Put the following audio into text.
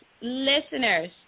listeners